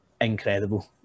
incredible